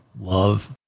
Love